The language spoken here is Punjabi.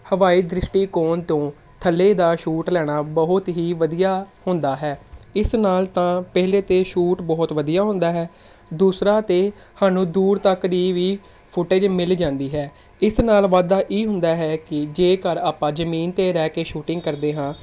ਹਵਾਈ ਦ੍ਰਿਸ਼ਟੀਕੋਣ ਤੋਂ ਥੱਲੇ ਦਾ ਸ਼ੂਟ ਲੈਣਾ ਬਹੁਤ ਹੀ ਵਧੀਆ ਹੁੰਦਾ ਹੈ ਇਸ ਨਾਲ ਤਾਂ ਪਹਿਲਾਂ ਤਾਂ ਸ਼ੂਟ ਬਹੁਤ ਵਧੀਆ ਹੁੰਦਾ ਹੈ ਦੂਸਰਾ ਤਾਂ ਸਾਨੂੰ ਦੂਰ ਤੱਕ ਦੀ ਵੀ ਫੁਟੇਜ ਮਿਲ ਜਾਂਦੀ ਹੈ ਇਸ ਨਾਲ ਵਾਧਾ ਇਹ ਹੁੰਦਾ ਹੈ ਕਿ ਜੇਕਰ ਆਪਾਂ ਜਮੀਨ 'ਤੇ ਰਹਿ ਕੇ ਸ਼ੂਟਿੰਗ ਕਰਦੇ ਹਾਂ